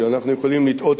כי אנחנו יכולים לטעות,